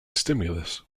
stimulus